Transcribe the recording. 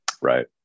Right